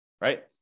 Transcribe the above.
right